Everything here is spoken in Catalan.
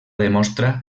demostra